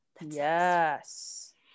Yes